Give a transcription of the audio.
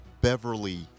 Beverly